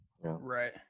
Right